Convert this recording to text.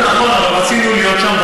אבל אנחנו רצינו להיות שם,